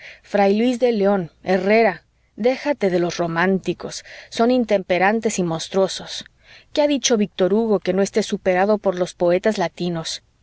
fr luis de león herrera déjate de los románticos son intemperantes y monstruosos qué ha dicho víctor hugo que no esté superado por los poetas latinos